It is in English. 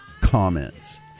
comments